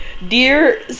Dear